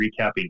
recapping